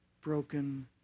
broken